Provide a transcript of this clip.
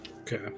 Okay